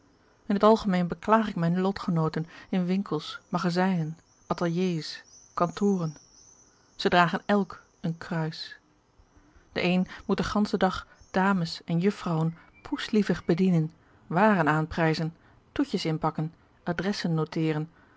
in het algemeen beklaag ik mijne lotgenooten in winkels magazijnen ateliers kantoren ze dragen elk een kruis de een moet den ganschen dag dames en juffrouwen poeslievig bedienen waren aanprijzen toetjes inpakken adressen noteeren